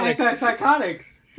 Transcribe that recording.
Anti-psychotics